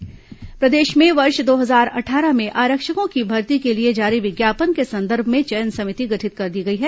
आरक्षक भर्ती प्रदेश में वर्ष दो हजार अट्ठारह में आरक्षकों की भर्ती के लिए जारी विज्ञापन के संदर्भ में चयन समिति गठित कर दी गई है